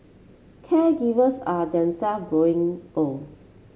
caregivers are themselves growing old